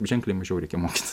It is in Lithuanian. ženkliai mažiau reikia mokytis